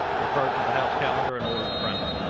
referred to the house calendar and ordered printed.